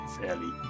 fairly